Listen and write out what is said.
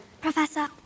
Professor